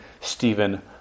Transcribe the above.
Stephen